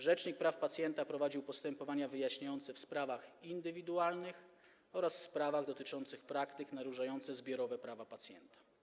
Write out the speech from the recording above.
Rzecznik praw pacjenta prowadził postępowania wyjaśniające w sprawach indywidualnych oraz sprawach dotyczących praktyk naruszających zbiorowe prawa pacjenta.